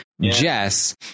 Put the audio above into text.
Jess